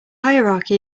hierarchy